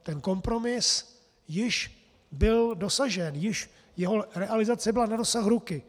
Ten kompromis již byl dosažen, jeho realizace byla na dosah ruky.